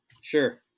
sure